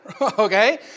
okay